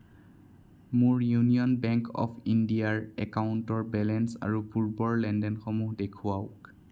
মোৰ union bank of ইণ্ডিয়াৰ একাউণ্টৰ বেলেঞ্চ আৰু পূৰ্বৰ লেনদেনসমূহ দেখুৱাওক